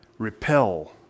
Repel